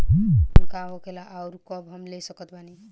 त्योहार लोन का होखेला आउर कब हम ले सकत बानी?